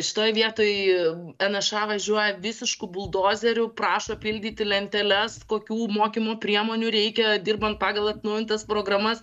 šitoj vietoj nša važiuoja visišku buldozeriu prašo pildyti lenteles kokių mokymo priemonių reikia dirbant pagal atnaujintas programas